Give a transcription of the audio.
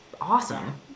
awesome